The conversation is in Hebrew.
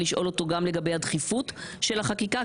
לשאול אותו גם לגבי הדחיפות של החקיקה,